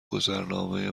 گذرنامه